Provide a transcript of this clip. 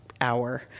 hour